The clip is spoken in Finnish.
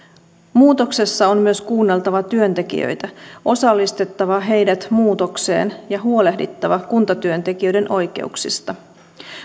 muutoksessa on myös kuunneltava työntekijöitä osallistettava heidät muutokseen ja huolehdittava kuntatyöntekijöiden oikeuksista